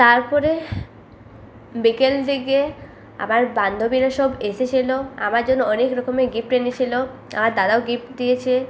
তারপরে বিকেল দিকে আমার বান্ধবীরা সব এসেছিলো আমার জন্য অনেক রকমের গিফট এনেছিলো আমার দাদাও গিফট দিয়েছে